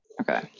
Okay